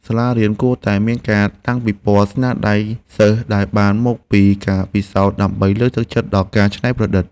សាលារៀនគួរតែមានការតាំងពិព័រណ៍ស្នាដៃសិស្សដែលបានមកពីការពិសោធន៍ ដើម្បីលើកទឹកចិត្តដល់ការច្នៃប្រឌិត។